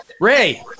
Ray